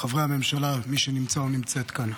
חברי הממשלה, מי שנמצא או נמצאת כאן,